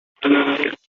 this